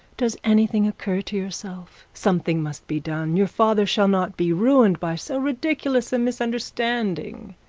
does anything occur to yourself? something must be done. your father shall not be ruined by so ridiculous a misunderstanding